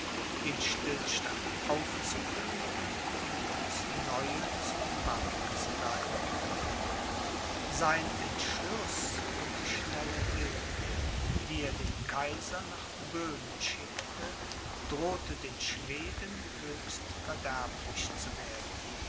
den stillstand aufzukündigen und aufs neue zu den waffen zu greifen sein entschluß und die schnelle hilfe die er dem kaiser nach böhmen schickte drohte den schweden höchst verderblich zu werden